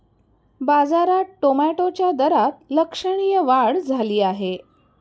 बाजारात टोमॅटोच्या दरात लक्षणीय वाढ झाली आहे